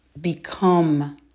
become